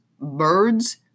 birds